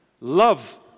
Love